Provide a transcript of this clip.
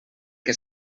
que